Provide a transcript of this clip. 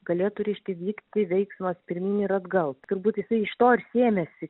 galėtų reiškia vykti veiksmas pirmyn ir atgal turbūt jisai iš to ir sėmėsi